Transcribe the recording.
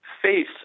face